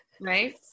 right